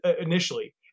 initially